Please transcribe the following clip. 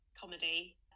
comedy